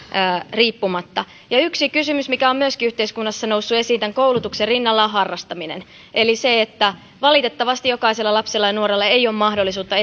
riippumatta yksi kysymys mikä on yhteiskunnassa noussut esiin koulutuksen rinnalla on harrastaminen eli se että valitettavasti jokaisella lapsella ja nuorella ei ole mahdollisuutta